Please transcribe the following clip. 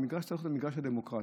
והוא צריך להיות מגרש דמוקרטי.